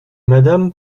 madame